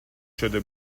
شده